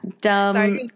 Dumb